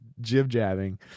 jib-jabbing